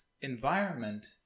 environment